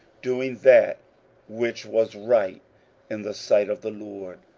doing that which was right in the sight of the lord.